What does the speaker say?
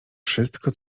wszystko